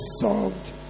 solved